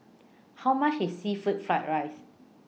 How much IS Seafood Fried Rice